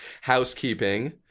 housekeeping